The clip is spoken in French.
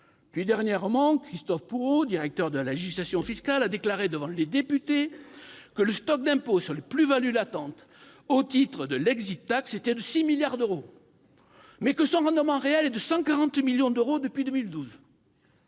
Puis, dernièrement, Christophe Pourreau, directeur de la législation fiscale, a déclaré devant les députés que « le stock d'impôt sur les plus-values latentes au titre de l'était de 6 milliards d'euros », mais que son rendement réel est de 140 millions d'euros depuis 2012